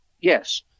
Yes